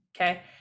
okay